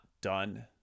done